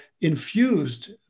infused